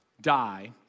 die